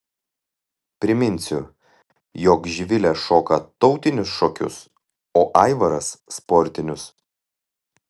priminsiu jog živilė šoka tautinius šokius o aivaras sportinius